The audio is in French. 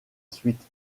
suite